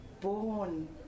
born